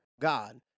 God